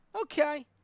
okay